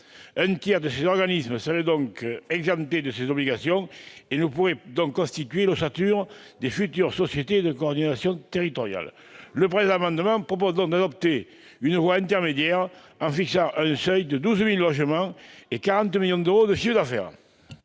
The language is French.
Un tiers des organismes seraient donc exemptés de cette obligation de regroupement et ne pourraient donc constituer l'ossature des futures sociétés de coordination territoriale. Le présent amendement vise par conséquent à adopter une solution intermédiaire, en fixant les seuils à 12 000 logements et 40 millions d'euros de chiffre d'affaires.